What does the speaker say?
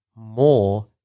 more